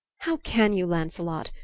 how can you, lancelot,